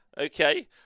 Okay